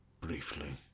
Briefly